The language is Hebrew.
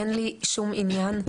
אין לי שום עניין.